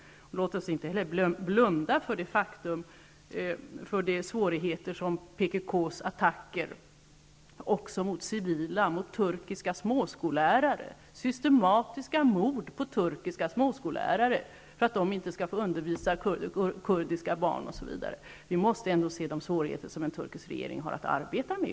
Låt oss inte heller blunda för PKK:s attacker mot civila. Turkiska småskollärare mördas för att de inte skall få undervisa kurdiska barn, osv. Vi måste också se de svårigheter som en turkisk regering har att arbeta med.